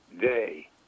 day